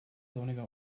sonniger